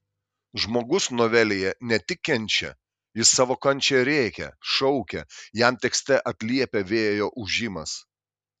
žmogus novelėje ne tik kenčia jis savo kančią rėkia šaukia jam tekste atliepia vėjo ūžimas